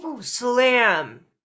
slam